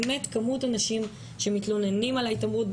באמת כמות אנשים שמתלוננים על ההתעמרות,